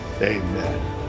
Amen